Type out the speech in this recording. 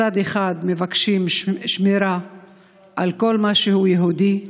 מצד אחד מבקשים שמירה על כל מה שהוא יהודי,